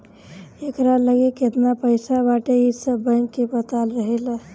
एकरा लगे केतना पईसा बाटे इ सब बैंक के पता रहेला